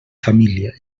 família